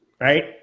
right